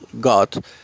God